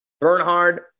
Bernhard